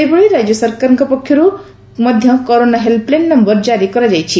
ସେହିଭଳି ରାଜ୍ୟ ସରକାର ପକ୍ଷରୁ ମଧା କରୋନା ହେଲ୍ପଲାଇନ୍ ନୟର ଜାରି କରାଯାଇଛି